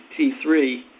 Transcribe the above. T3